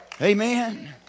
Amen